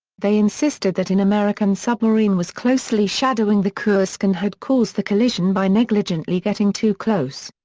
they insisted that an american submarine was closely shadowing the kursk and had caused the collision by negligently getting too close.